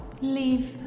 leave